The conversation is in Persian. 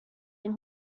این